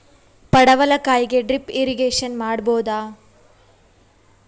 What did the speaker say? ಪಡವಲಕಾಯಿಗೆ drip irrigation ಮಾಡಬೋದ?